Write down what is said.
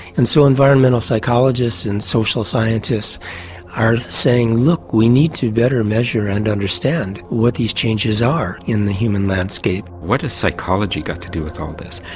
and so environmental psychologists and social scientists are saying look, we need to better measure and understand what these changes are in the human landscape. what has ah psychology got to do with all this?